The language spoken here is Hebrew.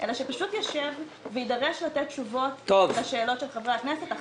ושפשוט יידרש לתת תשובות לכל שאלות חבריי הכנסת.